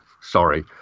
sorry